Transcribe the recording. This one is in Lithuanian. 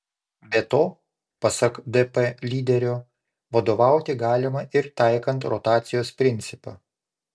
be to pasak dp lyderio vadovauti galima ir taikant rotacijos principą